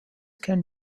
can